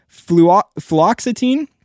fluoxetine